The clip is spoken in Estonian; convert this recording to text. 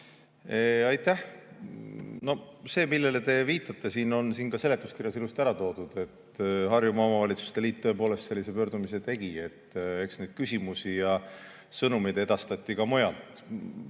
Aitäh! See, millele te viitate, on siin seletuskirjas ilusti ära toodud. Harjumaa Omavalitsuste Liit tõepoolest sellise pöördumise tegi. Eks neid küsimusi ja sõnumeid edastati ka mujalt.